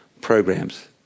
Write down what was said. programs